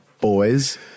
boys